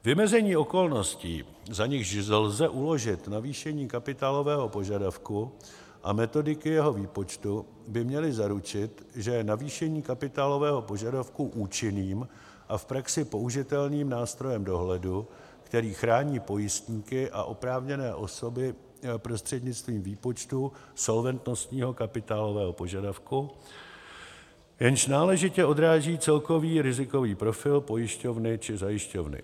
Vymezení okolností, za nichž lze uložit navýšení kapitálového požadavku, a metodiky jeho výpočtu by měly zaručit, že je navýšení kapitálového požadavku účinným a v praxi použitelným nástrojem dohledu, který chrání pojistníky a oprávněné osoby prostřednictvím výpočtu solventnostního kapitálového požadavku, jenž náležitě odráží celkový rizikový profil pojišťovny či zajišťovny.